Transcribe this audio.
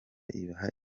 ibaha